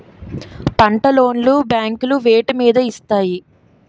పంట లోన్ లు బ్యాంకులు వేటి మీద ఇస్తాయి?